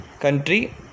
Country